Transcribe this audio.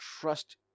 Trust